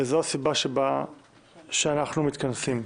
זאת הסיבה שאנחנו מתכנסים.